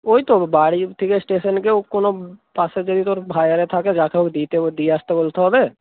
ওই তো বাড়ি থেকে স্টেশানেও কোনো পাশে যদি তোর ভাইয়েরা থাকে যাকে হোক দিতে ও দিয়ে আসতে বলতে হবে